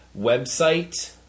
website